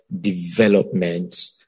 development